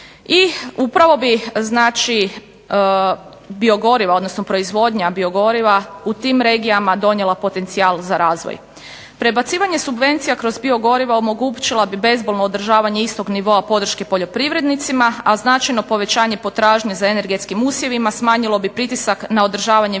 odnosno proizvodnja biogoriva u tim regijama donijela potencijal za razvoj. Prebacivanje subvencija kroz biogorivo omogućilo bi bezbolno održavanje istog nivoa podrške poljoprivrednicima, a značajno povećanje potražnje za energetskim usjevima smanjilo bi pritisak na održavanje